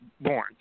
born